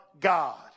God